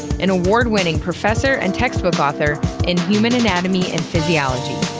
an award winning professor and textbook author in human anatomy and physiology.